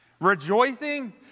Rejoicing